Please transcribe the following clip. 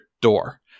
door